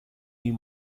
این